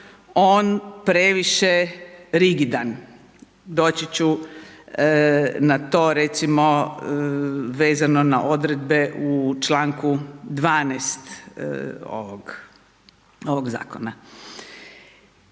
on previše rigidan. Doći ću na to recimo vezano na odredbe u članku 12. ovog zakona.